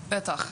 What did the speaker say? בטח.